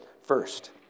first